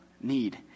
need